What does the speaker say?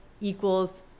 equals